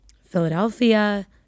Philadelphia